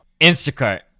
Instacart